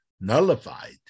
nullified